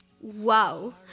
Wow